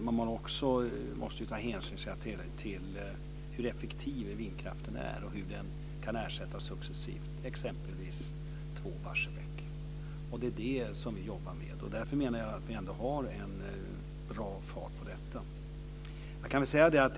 Man måste också ta hänsyn till hur effektiv vindkraften är och hur den successivt kan ersätta exempelvis två Barsebäck. Det är det som vi jobbar med. Därför menar jag att vi ändå har bra fart på detta.